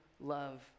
love